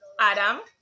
Adam